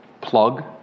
plug